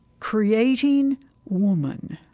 creating woman,